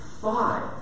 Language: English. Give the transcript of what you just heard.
five